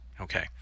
Okay